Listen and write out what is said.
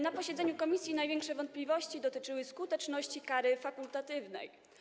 Na posiedzeniu komisji największe wątpliwości dotyczyły skuteczności kary fakultatywnej.